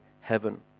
heaven